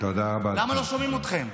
למה לא שומעים אתכם?